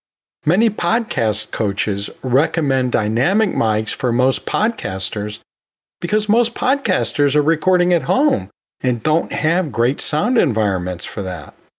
many podcast coaches recommend dynamic mics for most podcasters because most podcasters are recording at home and don't have great sound environments for that,